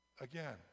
again